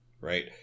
right